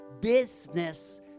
business